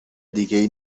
دیگه